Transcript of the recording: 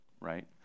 right